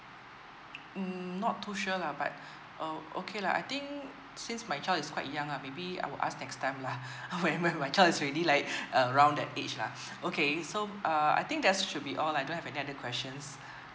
um not too sure lah but uh okay lah I think since my child is quite young uh maybe I will ask next time lah when when my child is already like uh around that age lah okay so uh I think that's should be all lah I don't have any other questions